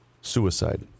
suicide